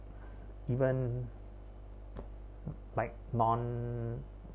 even like non